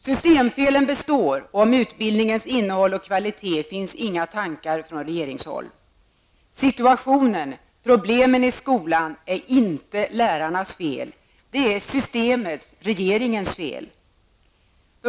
Systemfelen består och om utbildningens innehåll och kvalitet finns inga tankar från regeringshåll. Situationen, problemen i skolan, är inte lärarnas fel. Det är regeringens, systemets, fel.